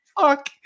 fuck